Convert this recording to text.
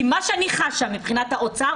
כי מה שאני חשה מבחינת האוצר,